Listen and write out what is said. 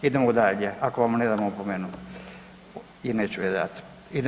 Idemo dalje, ako vam ne dam opomenu i neću je dati.